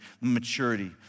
maturity